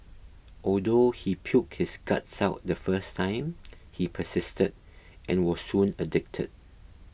although he puked his guts out the first time he persisted and was soon addicted